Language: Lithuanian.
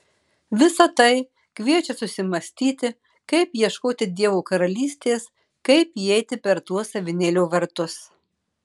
visa tai kviečia susimąstyti kaip ieškoti dievo karalystės kaip įeiti per tuos avinėlio vartus